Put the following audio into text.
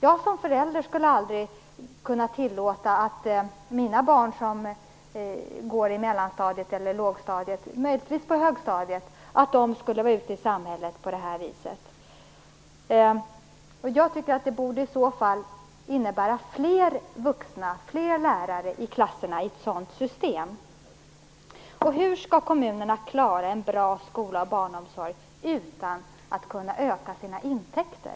Jag skulle som förälder aldrig kunna tillåta att mina barn i mellanstadiet eller lågstadiet skulle vara ute i samhället på det här viset, möjligtvis på högstadiet. Jag tycker att ett sådant system i så fall borde innebära fler vuxna, fler lärare i klasserna. Hur skall kommunerna klara en bra skola och barnomsorg utan att kunna öka sina intäkter?